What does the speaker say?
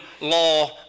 law